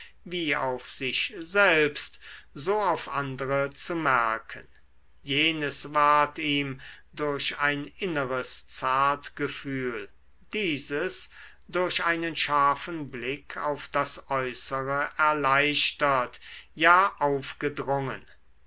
wie auf sich selbst so auf andere zu merken jenes ward ihm durch ein inneres zartgefühl dieses durch einen scharfen blick auf das äußere erleichtert ja aufgedrungen